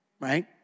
right